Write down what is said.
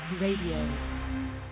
Radio